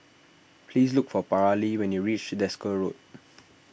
please look for Paralee when you reach Desker Road